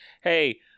hey